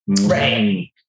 Right